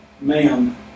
ma'am